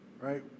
right